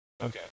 Okay